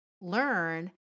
learn